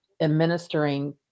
administering